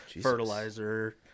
fertilizer